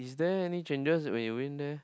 is there any changes when you been there